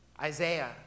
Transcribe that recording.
Isaiah